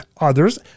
others